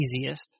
easiest